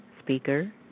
speaker